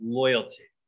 loyalty